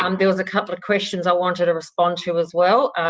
um there was a couple of questions i wanted to respond to as well.